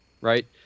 right